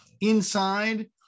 inside